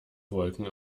wolken